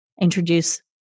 introduce